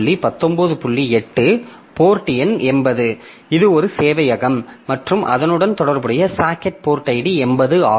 880 இது ஒரு சேவையகம் மற்றும் அதனுடன் தொடர்புடைய சாக்கெட் போர்ட் id 80 ஆகும்